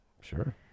Sure